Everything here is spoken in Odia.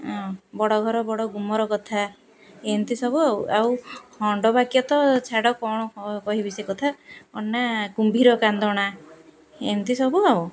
ହଁ ବଡ଼ ଘର ବଡ଼ ଗୁମର କଥା ଏମିତି ସବୁ ଆଉ ଆଉ ଖଣ୍ଡ ବାକ୍ୟ ତ ଛାଡ଼ କ'ଣ କହିବି ସେ କଥା ଅ ନା କୁମ୍ଭୀର କାନ୍ଦଣା ଏମିତି ସବୁ ଆଉ